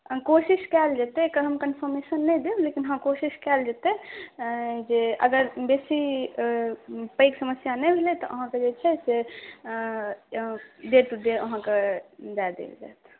कोशिश कयल जेतै एकर हम कन्फर्मेशन नहि देब लेकिन हँ कोशिश कयल जेतै जे अगर बेसी पैघ समस्या नहि भेलै तऽ अहाँके जे छै डे टु डे अहाँके दऽ देल जायत